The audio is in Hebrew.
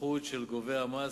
ההסתמכות של גובה המס,